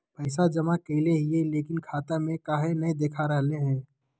पैसा जमा कैले हिअई, लेकिन खाता में काहे नई देखा रहले हई?